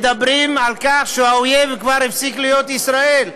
מדברים על כך שהאויב הפסיק להיות ישראל.